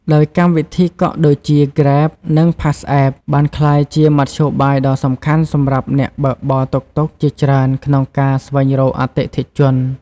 ដោយកម្មវិធីកក់ ដូចជា Grab និង PassApp បានក្លាយជាមធ្យោបាយដ៏សំខាន់សម្រាប់អ្នកបើកបរតុកតុកជាច្រើនក្នុងការស្វែងរកអតិថិជន។